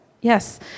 Yes